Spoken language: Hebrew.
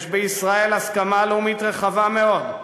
יש בישראל הסכמה לאומית רחבה מאוד,